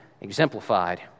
exemplified